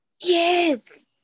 Yes